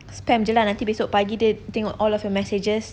spam jer lah nanti besok pagi dia tengok all of your messages